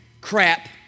crap